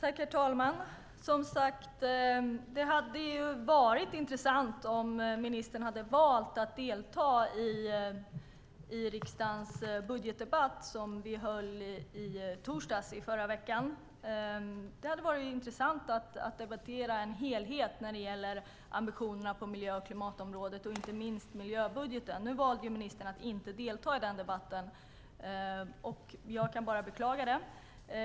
Herr talman! Det hade varit intressant om ministern hade valt att delta i riksdagens budgetdebatt som vi höll i torsdags i förra veckan. Det hade varit intressant att debattera en helhet när det gäller ambitionerna på miljö och klimatområdet och inte minst miljöbudgeten. Nu valde ministern att inte delta i den debatten. Jag kan bara beklaga det.